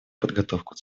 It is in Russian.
подготовку